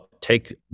take